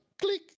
Click